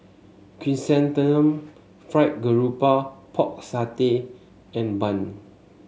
Chrysanthemum Fried Garoupa Pork Satay and bun